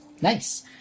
Nice